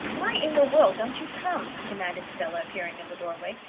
why in the world don't you come? demanded stella, appearing in the doorway.